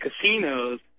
casinos